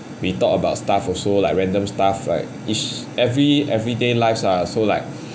we talk about stuff also like random stuff like is every~ everyday lifes lah so like